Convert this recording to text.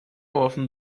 often